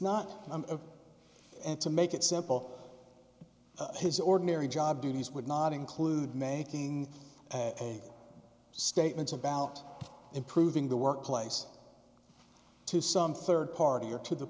not a and to make it simple his ordinary job duties would not include making a statement about improving the workplace to some rd party or to the